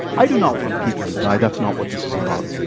i do not want people to die that's not what this is about.